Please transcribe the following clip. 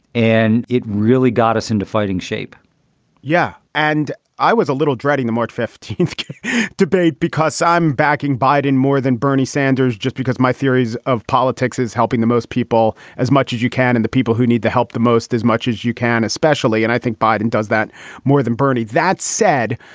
and it really got us into fighting shape yeah. and i was a little dreading the march fifteenth debate because i'm backing biden more than bernie sanders. just because my theories of politics is helping the most people as much as you can and the people who need the help the most as much as you can especially. and i think biden does that more than bernie. that said,